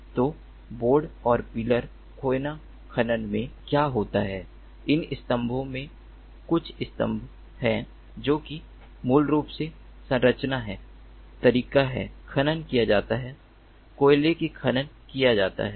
तो बोर्ड और पिलर कोयला खनन में क्या होता है इन स्तंभों में कुछ स्तंभ हैं जो कि मूल रूप से संरचना है तरीका है खनन किया जाता है कोयले के खनन किया जाता है